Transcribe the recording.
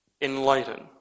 enlighten